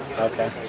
Okay